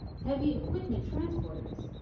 heavy equipment transporters,